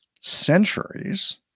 centuries